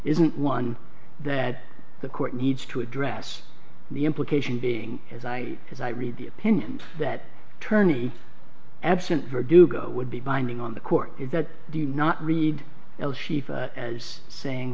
isn't one that the court needs to address the implication being as i as i read the opinion that tourney absent verdugo would be binding on the court is that do you not read l schieffer as saying